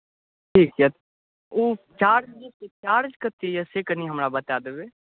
ठीक छै ओ चार्ज कते यऽ से कनि अहाँ हमरा बता दिअ